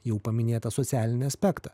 jau paminėtą socialinį aspektą